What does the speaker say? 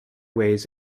ways